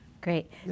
Great